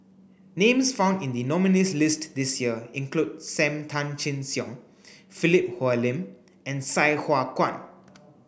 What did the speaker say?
names found in the nominees' list this year include Sam Tan Chin Siong Philip Hoalim and Sai Hua Kuan